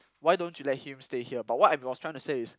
why don't you let him stay here but what I was trying to say is